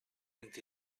vint